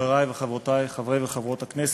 חברי וחברותי חברי וחברות הכנסת,